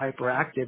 hyperactive